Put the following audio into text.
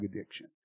addiction